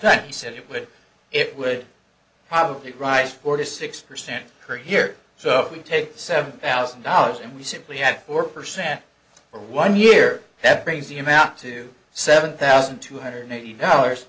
that he said it would it would probably rise forty six percent per year so we take the seven thousand dollars and we simply have four percent for one year that brings the amount to seven thousand two hundred eighty dollars